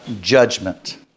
judgment